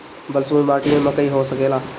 बलसूमी माटी में मकई हो सकेला?